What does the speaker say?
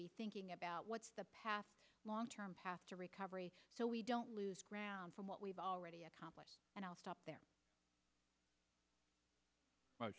be thinking about what's the path long term path to recovery so we don't lose ground from what we've already accomplished and i'll stop there